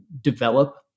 develop